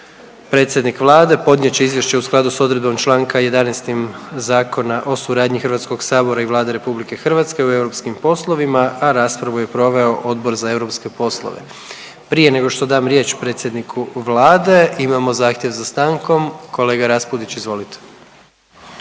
Predsjednik Vlade podnijet će Izvješće u skladu s odredbom čl. 11 Zakona o suradnji Hrvatskoga sabora i Vlade RH u europskim poslovima, a raspravu je proveo Odbor za europske poslove. Prije nego što dam riječ predsjedniku Vlade, imamo zahtjev za stankom. Kolega Raspudić, izvolite.